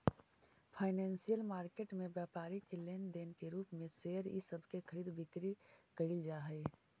financial market में व्यापारी के लेन देन के रूप में शेयर इ सब के खरीद बिक्री कैइल जा हई